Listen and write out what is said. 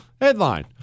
Headline